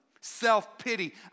self-pity